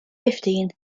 fifteen